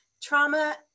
trauma